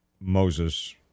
Moses